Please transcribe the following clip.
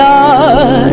God